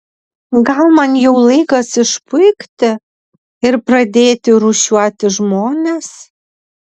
gal man jau laikas išpuikti ir pradėti rūšiuoti žmones